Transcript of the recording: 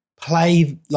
play